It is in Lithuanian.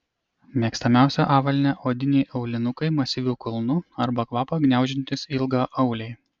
mėgstamiausia avalynė odiniai aulinukai masyviu kulnu arba kvapą gniaužiantys ilgaauliai